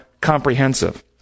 comprehensive